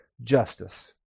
justice